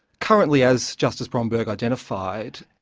currently as justice bromberg identified,